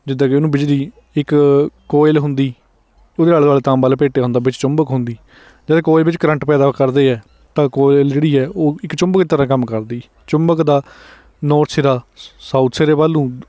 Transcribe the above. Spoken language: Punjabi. ਜਿੱਦਾਂ ਕਿ ਉਹਨੂੰ ਬਿਜਲੀ ਇੱਕ ਕੋਇਲ ਹੁੰਦੀ ਉਹਦੇ ਆਲੇ ਦੁਆਲੇ ਤਾਂਬਾ ਲਪੇਟਿਆ ਹੁੰਦਾ ਵਿੱਚ ਚੁੰਬਕ ਹੁੰਦੀ ਜਿਹੜੇ ਕੋਇਲ ਵਿੱਚ ਕਰੰਟ ਪੈਦਾ ਕਰਦੇ ਹੈ ਤਾਂ ਕੋਇਲ ਜਿਹੜੀ ਹੈ ਉਹ ਇੱਕ ਚੁੰਬਕ ਦੀ ਤਰ੍ਹਾਂ ਕੰਮ ਕਰਦੀ ਚੁੰਬਕ ਦਾ ਨੋਰਥ ਸਿਰਾ ਸਾਊਥ ਸਿਰੇ ਵੱਲ ਨੂੰ